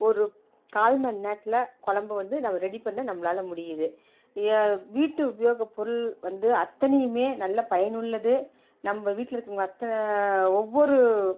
ஒரு கால் மணி நேரத்தில் குழம்பு வந்து நாங்கள் ரெடி பண்ண நம்மளால முடியுது வீட்டு உபயோக பொருள் வந்து அத்தனையுமே நல்ல பயனுள்ளது நம்ம வீட்டில் இருக்கிற அத்தனை ஒவ்வொரு